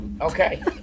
Okay